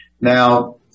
Now